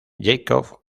jakob